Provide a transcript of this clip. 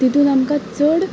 तितूंत आमकां चड